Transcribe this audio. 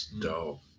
dope